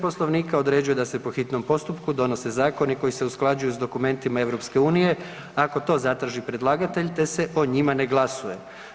Poslovnika određuje da se po hitnom postupku donese zakoni koji se usklađuju s dokumentima EU ako to zatraži predlagatelj, te se o njima ne glasuje.